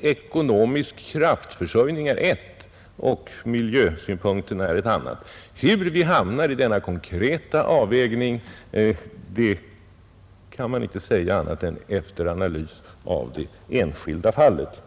ekonomisk kraftförsörjning är ett och miljösynpunkten ett annat. Hur vi handlar vid den konkreta avvägningen kan man inte säga annat än efter analys av det enskilda fallet.